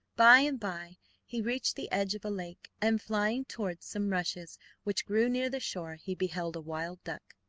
by-and-by he reached the edge of a lake, and flying towards some rushes which grew near the shore he beheld a wild duck.